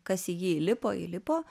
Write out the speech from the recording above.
kas jį įlipo įlipo